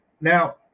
now